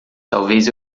talvez